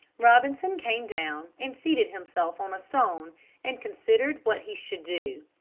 robinson came down and seated himself on a stone and considered what he should do.